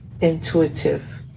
intuitive